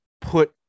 put